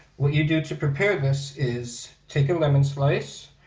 what you do to prepare this is take a lemon slice